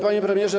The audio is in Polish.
Panie Premierze!